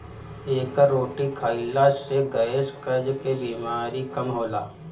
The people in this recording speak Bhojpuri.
एकर रोटी खाईला से गैस, कब्ज के बेमारी कम होला